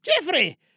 Jeffrey